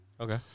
Okay